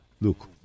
Look